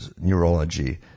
neurology